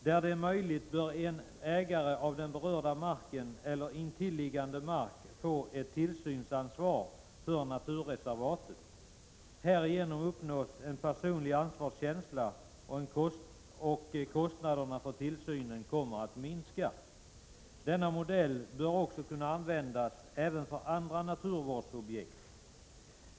Där det är möjligt bör ägaren av den berörda marken eller intilliggande marker få ett tillsynsansvar för naturreservatet. Härigenom uppnås en personlig ansvarskänsla, och kostnaderna för tillsynen kommer att minska. Denna modell bör kunna användas även för andra naturvårdsobjekt.